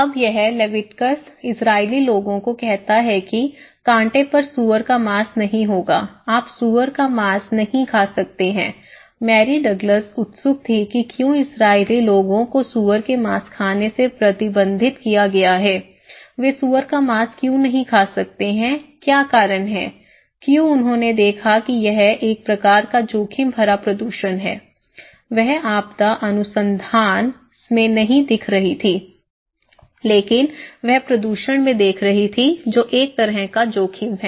अब यह Leviticus Israeli लोगों को कहता है कि कांटे पर सूअर का मांस नहीं होगा आप सूअर का मांस नहीं खा सकते हैं तो मेरी डगलस उत्सुक थी कि क्यों इजरायली लोगों को सूअर के मांस खाने से प्रतिबंधित किया गया है वे सूअर का मांस क्यों नहीं खा सकते हैं क्या कारण है क्यों उन्होंने देखा कि यह एक प्रकार का जोखिम भरा प्रदूषण है वह आपदा अनुसंधान में नहीं दिख रही थी लेकिन वह प्रदूषण में देख रही थी जो एक तरह का जोखिम है